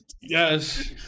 Yes